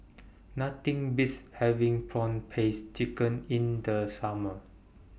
Nothing Beats having Prawn Paste Chicken in The Summer